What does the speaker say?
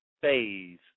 phase